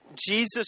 Jesus